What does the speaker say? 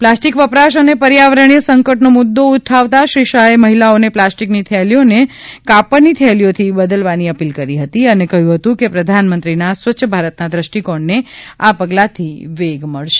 plastic વપરાશ અને પર્યાવરણીય સંકટનો મુદ્દો ઉઠાવતા શ્રી શાહે મહિલાઓને પ્લાસ્ટિકની થેલીઓને કાપડની થેલીઓથી બદલવાની અપીલ કરી હતી અને કહ્યું હતું કે પ્રધાનમંત્રીનાં સ્વચ્છ ભારતના દેષ્ટિકોણને આ પગલાથી વેગ મળશે